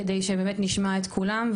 כדי שבאמת נשמע את כולם,